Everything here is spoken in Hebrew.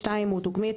(2)הוא דוגמית,